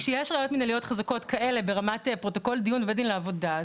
כשיש ראיות מנהליות חזקות כאלה ברמת פרוטוקול לדיון בבית הדין לעבודה,